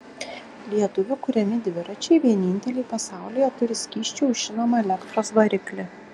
lietuvių kuriami dviračiai vieninteliai pasaulyje turi skysčiu aušinamą elektros variklį